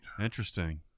interesting